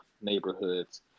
neighborhoods